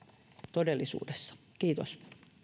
todellisuudessa kiitos